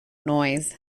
noise